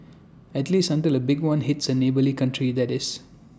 at least until A big one hits A neighbouring country that is